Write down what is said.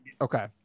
Okay